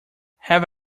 have